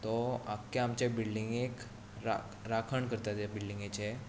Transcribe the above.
तो आख्या आमचे बिल्डीगेक राखण करता ह्या बिल्डिगेचें